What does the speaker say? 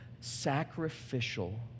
sacrificial